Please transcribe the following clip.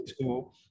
school